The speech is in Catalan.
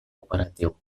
operatiu